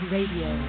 Radio